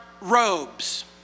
robes